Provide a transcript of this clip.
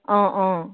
অ অ